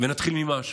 ונתחיל ממשהו.